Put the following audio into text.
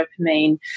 dopamine